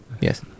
Yes